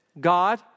God